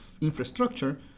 infrastructure—